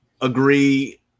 agree